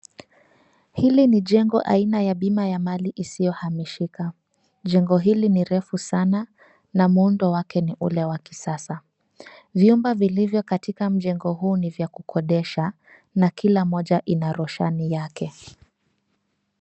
Hili ni jengo aina ya bima ya mali isiyohamishika. Jengo hili ni refu sana na muundo wake ni ule wa kisasa. Vyumba vilivyo katika mjengo huu ni vya kukodesha na kila moja ina roshani yake.